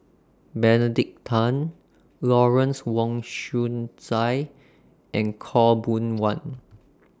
Benedict Tan Lawrence Wong Shyun Tsai and Khaw Boon Wan